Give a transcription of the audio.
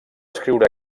escriure